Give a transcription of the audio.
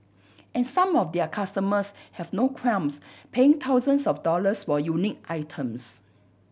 and some of their customers have no qualms paying thousands of dollars or unique items